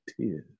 tears